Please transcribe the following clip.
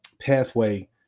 pathway